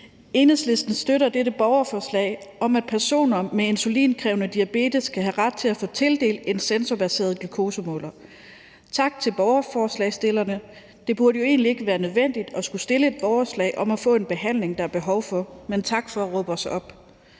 Enhedslisten støtter dette borgerforslag om, at personer med insulinkrævende diabetes skal have ret til at få tildelt en sensorbaseret glukosemåler. Tak til borgerforslagsstillerne. Det burde jo egentlig ikke være nødvendigt at skulle lave et borgerforslag om at få en behandling, der er behov for, men tak for at råbe os op.